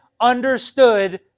understood